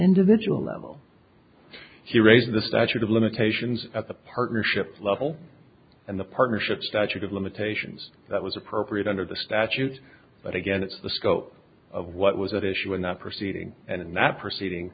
individual level he raised the statute of limitations at the partnership level and the partnership statute of limitations that was appropriate under the statute but again it's the scope of what was at issue in that proceeding and in that proceeding